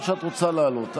או שאת רוצה לעלות?